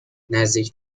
نزدیک